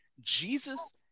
Jesus